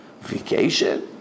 Vacation